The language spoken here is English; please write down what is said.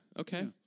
Okay